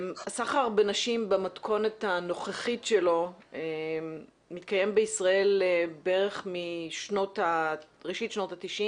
הסחר בנשים במתכונת הנוכחית שלו מתקיים בישראל בערך מראשית שנות ה-90'